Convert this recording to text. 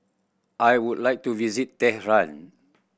I would like to visit Tehran